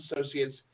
associates